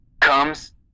comes